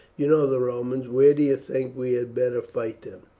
you know the romans where do you think we had better fight them?